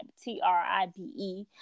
T-R-I-B-E